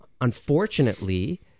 unfortunately